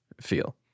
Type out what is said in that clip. feel